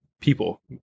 people